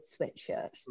sweatshirt